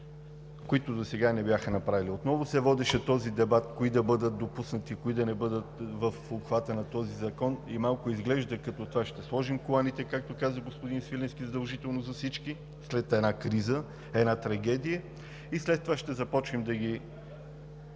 които досега не бяха направени. Отново се водеше този дебат – кои да бъдат допуснати, които да не бъдат в обхвата на този закон, и изглежда малко като това: ще сложим коланите, както каза господин Свиленски, задължително за всички след една криза, една трагедия и след това ще започнем да ги